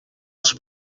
els